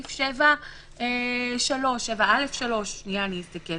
אלא במשחקי ספורט --- יש את איכוני השב"כ.